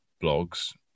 blogs